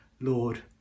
Lord